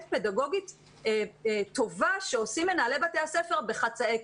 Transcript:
פדגוגית טובה שעושים מנהלי בתי הספר בחצאי כיתות,